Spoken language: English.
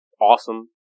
awesome